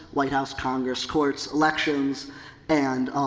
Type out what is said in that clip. white house, congress, courts, elections and,